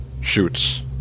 shoots